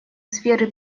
сферы